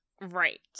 Right